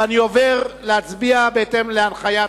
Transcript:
ואני עובר להצביע בהתאם להנחיית